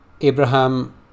Abraham